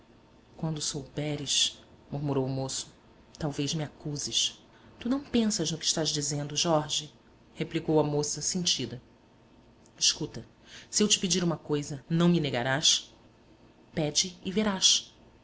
quando souberes murmurou o moço talvez me acuses tu não pensas no que estás dizendo jorge replicou a moça sentida escuta se eu te pedir uma coisa não me negarás pede e verás